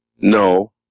No